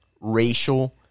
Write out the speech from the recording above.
racial